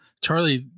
Charlie